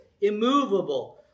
immovable